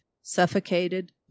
suffocated